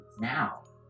now